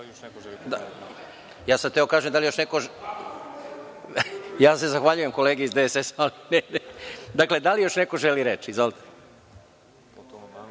li još neko želi reč?